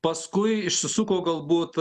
paskui išsisuko galbūt